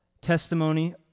testimony